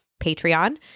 Patreon